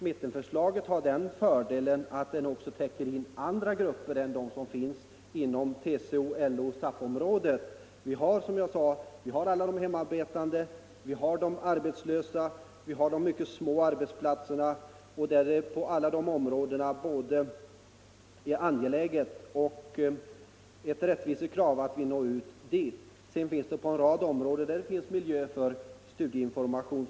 Mittenförslaget har den fördelen att det också täcker in andra grupper än dem som finns inom TCO-, LO och SAF-området. Vi har, som jag sade, alla de hemarbetande, de arbetslösa och alla som finns på de mycket små arbetsplatserna. Det är både angeläget och ett rättvisekrav att vi når ut till dem. Det finns en rad områden med lämplig miljö för studieinformation.